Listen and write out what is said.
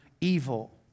evil